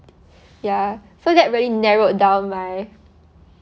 ya so that really narrowed down my